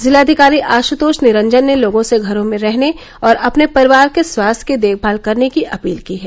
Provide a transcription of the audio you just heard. जिलाधिकारी आशुतोष निरंजन ने लोगों से घरों में रहने और अपने परिवार के स्वास्थ्य की देखभाल करने की अपील की है